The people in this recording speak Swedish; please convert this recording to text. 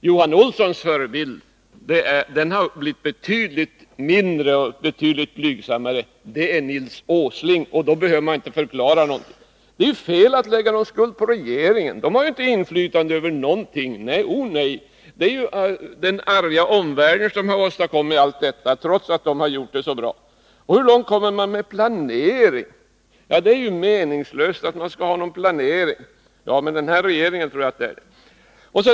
Johan Olssons förebild har blivit betydligt mindre och betydligt blygsammare — det är Nils Åsling, och då behöver man inte förklara något. Det är fel att lägga någon skuld på regeringen, för den har ju inget inflytande över någonting — o nej, det är ju den arga omvärlden som åstadkommit allt detta trots att regeringen har gjort allt så bra. Och hur långt kommer man med planering? Det är ju meningslöst att ha någon planering. — Ja, med den här regeringen tror jag att det är så.